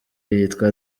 yitwa